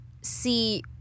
see